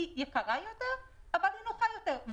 שהיא אומנם יקרה יותר אבל גם נוחה יותר.